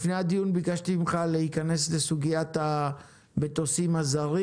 לפני הדיון ביקשתי ממך להיכנס לסוגיית המטוסים הזרים,